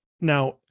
now